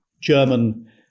German